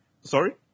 sorry